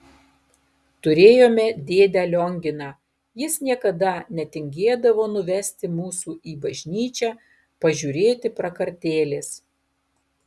turėjome dėdę lionginą jis niekada netingėdavo nuvesti mūsų į bažnyčią pažiūrėti prakartėlės